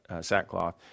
sackcloth